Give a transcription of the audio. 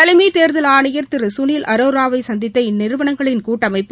தலைமைத் தேர்தல் ஆணையர் திரு சுனில் அரோராவை சந்தித்த இந்நிறுவனங்களின் கூட்டமைப்பு